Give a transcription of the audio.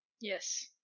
Yes